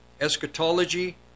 Eschatology